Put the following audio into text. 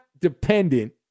dependent